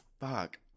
fuck